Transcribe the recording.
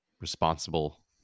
responsible